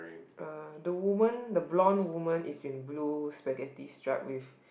uh the woman the blonde woman is in blue spaghetti stripe with